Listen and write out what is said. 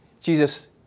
Jesus